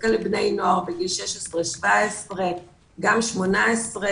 דווקא לבני נוער בגיל 17-16 וגם 18